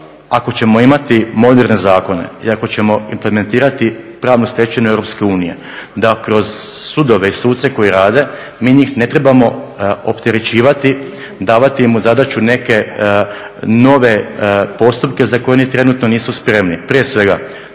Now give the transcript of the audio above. ako ćemo imati moderne zakone i ako ćemo implementirati pravnu stečevinu EU da kroz sudove i suce koji rade mi njih ne trebamo opterećivati, davati im u zadaću neke nove postupke za koje oni trenutno nisu spremni.